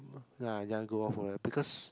then I just go off from there because